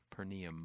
Pernium